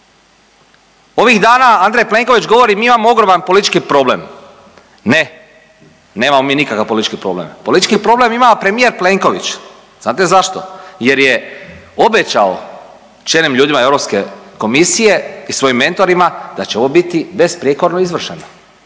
Ovih dana Andrej Plenković govori, mi imamo ogroman politički problem, ne. Nemamo mi nikakav politički problem. Politički problem ima premijer Plenković. Znate zašto? Jer je obećao čelnim ljudima EU komisije i svojim mentorima, da će ovo biti besprijekorno izvršeno.